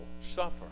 suffer